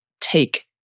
take